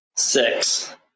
Six